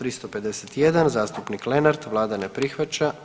351. zastupnik Lenart, vlada ne prihvaća.